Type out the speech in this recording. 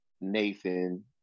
Nathan